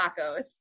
tacos